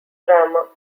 grammar